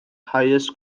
highest